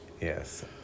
Yes